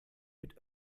mit